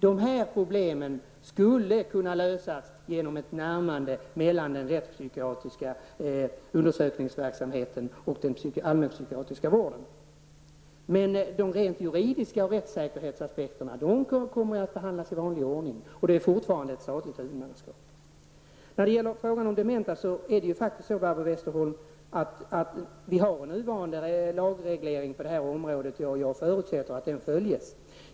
De här problemen skulle kunna lösas genom ett närmande mellan den rättspsykiatriska undersökningsverksamheten och den allmänpsykiatriska vården. De rent juridiska aspekterna och rättssäkerhetsaspekterna kommer att behandlas i vanlig ordning. Där är huvudmannaskapet fortfarande statligt. Vi har en lagreglering som gäller dementa, Barbro Westerholm. Jag förutsätter att den följs.